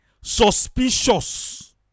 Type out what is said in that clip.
Suspicious